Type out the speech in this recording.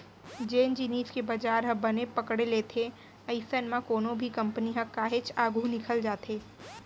जेन जिनिस के बजार ह बने पकड़े लेथे अइसन म कोनो भी कंपनी ह काहेच आघू निकल जाथे